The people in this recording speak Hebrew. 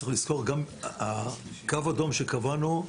צריך לזכור, הקו האדום שקבענו,